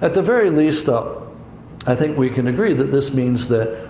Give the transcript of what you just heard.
at the very least, i think we can agree that this means that